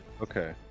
Okay